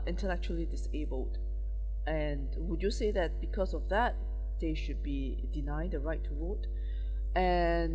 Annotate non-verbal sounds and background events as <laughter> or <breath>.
intellectually disabled and would you say that because of that they should be denied the right to vote <breath> and